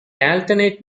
alternate